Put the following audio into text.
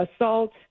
assault